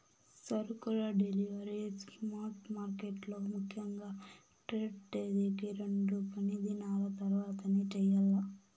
సరుకుల delivery spot మార్కెట్లలో ముఖ్యంగా ట్రేడ్ తేదీకి రెండు పనిదినాల తర్వాతనే చెయ్యాల్ల